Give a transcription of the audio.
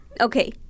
okay